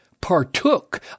partook